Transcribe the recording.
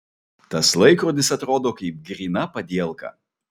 tas laikrodis atrodo kaip gryna padielka